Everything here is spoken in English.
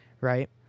right